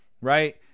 Right